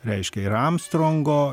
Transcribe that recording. reiškia ir armstrongo